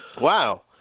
Wow